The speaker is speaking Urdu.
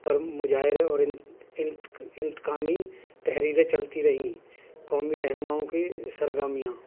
پر مظاہرے اور انتقامی تحریکیں چلتی رہیں قومی رہنماؤں کی سرگرمیاں